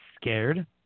scared